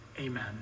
Amen